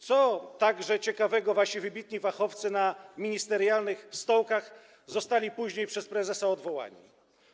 Co także ciekawe, wasi wybitni fachowcy na ministerialnych stołkach zostali później przez prezesa odwołani.